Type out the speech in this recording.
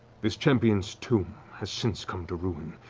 this champion's tomb has since come to ruin,